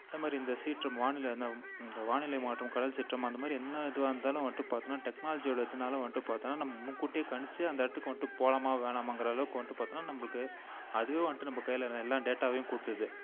அதே மாதிரி இந்த சீற்றம் வானிலை இந்த வானிலை மாற்றம் கடல் சீற்றம் அந்தமாதிரி என்ன இதுவாக இருந்தாலும் வந்துட்டு பார்த்தனா டெக்னாலஜியோடய இதனால வந்துட்டு பார்த்தீனா நம் முன்கூட்டியே கணித்து அந்த இடத்துக்கு வந்துட்டு போகலாமா வேணாமாங்கிற அளவுக்கு வந்துட்டு பார்த்தீனா நம்மளுக்கு அதுவே வந்துட்டு நம்ம கையில் எல்லா டேட்டாவையும் கொடுத்துடுது